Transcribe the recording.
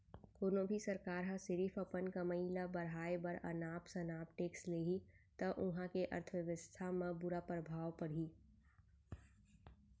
कोनो भी सरकार ह सिरिफ अपन कमई ल बड़हाए बर अनाप सनाप टेक्स लेहि त उहां के अर्थबेवस्था म बुरा परभाव परही